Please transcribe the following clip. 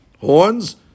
horns